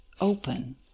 open